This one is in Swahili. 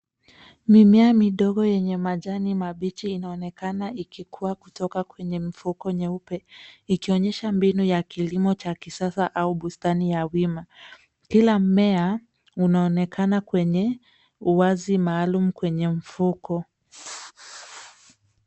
Mimea midogo yenye majani mabichi inaonekana ikikua kutoka kwenye mfuko nyeupe, ikionyesha mbinu ya kilimo cha kisasa au bustani ya wima. Kila mmea unaonekana kwenye uwazi maalum kwenye mfuko.